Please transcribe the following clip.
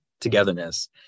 togetherness